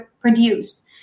produced